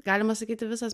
galima sakyti visas